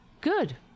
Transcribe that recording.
Good